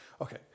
Okay